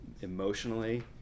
emotionally